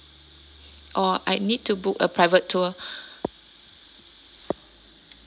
or I need to book a private tour